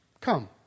Come